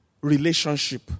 relationship